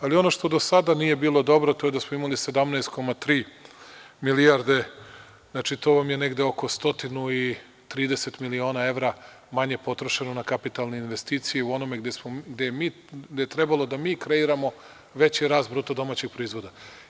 Ali, ono što do sada nije bilo dobro, to je da smo imali 17,3 milijarde, znači, to vam je negde oko stotinu i 30 miliona evra manje potrošeno na kapitalne investicije u onome gde je trebalo da mi kreiramo veći rast BDP.